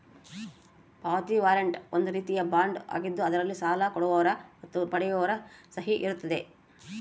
ಪಾವತಿಯ ವಾರಂಟ್ ಒಂದು ರೀತಿಯ ಬಾಂಡ್ ಆಗಿದ್ದು ಅದರಲ್ಲಿ ಸಾಲ ಕೊಡುವವರ ಮತ್ತು ಪಡೆಯುವವರ ಸಹಿ ಇರುತ್ತದೆ